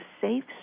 safe